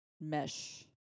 mesh